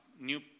new